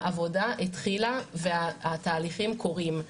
העבודה התחילה והתהליכים קורים.